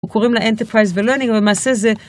הוא קוראים לאנטרפיס ולרנינג, ובמעשה זה...